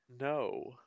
No